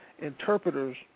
Interpreters